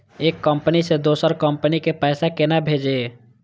एक कंपनी से दोसर कंपनी के पैसा केना भेजये?